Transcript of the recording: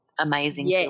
amazing